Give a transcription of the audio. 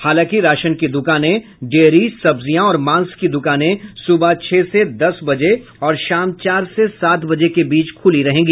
हालांकि राशन की दुकानें डेयरी सब्जियां और मांस की दुकानें सुबह छह से दस बजे और शाम चार से सात बजे के बीच खुली रहेंगी